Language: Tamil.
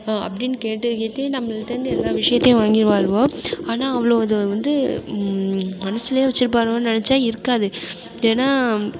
அப்படின்னு கேட்டு கேட்டு நம்மகிட்டேருந்து எல்லா விஷயத்தையும் வாங்கிவிடுவாளுவோ ஆனால் அவளுவோ அதை வந்து மனசிலயே வச்சுருப்பாளுவோனு நினைச்சா இருக்காது ஏன்னால்